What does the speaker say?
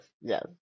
Yes